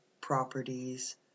properties